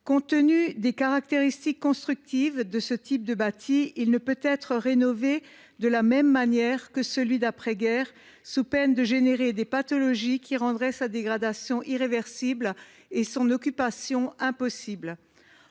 Compte tenu de ses caractéristiques constructives, ce type de bâti ne peut pas être rénové de la même manière que celui d’après guerre, sous peine de provoquer des pathologies qui rendraient sa dégradation irréversible et son occupation impossible.